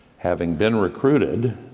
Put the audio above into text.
having been recruited,